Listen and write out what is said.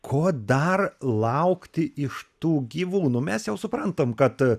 ko dar laukti iš tų gyvūnų mes jau suprantame kad